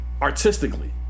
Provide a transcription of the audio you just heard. Artistically